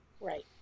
Right